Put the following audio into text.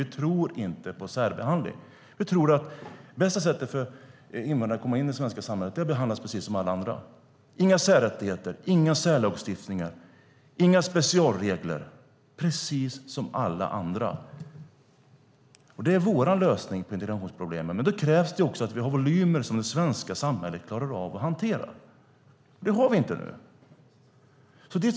Vi tror att det bästa sättet för invandrare att komma in i det svenska samhället är att de blir behandlade som alla andra. Det ska inte vara några särrättigheter, inga särlagstiftningar, inga specialregler. De ska behandlas precis som alla andra. Det är vår lösning på integrationsproblemet. Det kräver att vi har volymer som det svenska samhället klarar av att hantera. Det har vi inte.